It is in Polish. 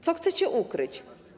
Co chcecie ukryć?